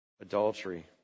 adultery